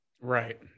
right